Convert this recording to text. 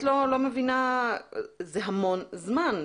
זה המון זמן.